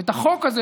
ואת החוק הזה,